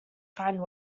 find